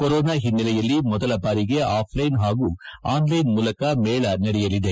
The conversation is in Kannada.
ಕೊರೊನಾ ಹಿನ್ನೆಲೆಯಲ್ಲಿ ಮೊದಲ ಬಾರಿಗೆ ಆಫ್ಲೈನ್ ಹಾಗೂ ಆನ್ಲೈನ್ ಮೂಲಕ ಮೇಳ ನಡೆಯಲಿದೆ